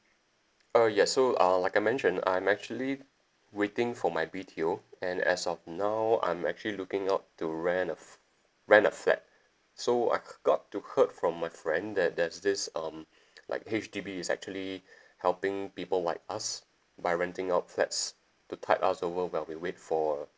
ah yes so uh like I mentioned I'm actually waiting for my B_T_O and as of now I'm actually looking out to rent a f~ rent a flat so I c~ got to heard from my friend that there's this um like H_D_B is actually helping people like us by renting out flats to tie us over while we wait for uh